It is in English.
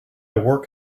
work